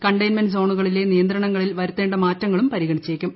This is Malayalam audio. കണ്ടെയിൻമെന്റ് സോണുകളിലെ നിയന്ത്രണങ്ങളിൽ വരുത്തേണ്ട മാറ്റങ്ങളും പരിഗണിച്ചേക്കും